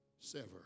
sever